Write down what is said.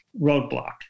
roadblock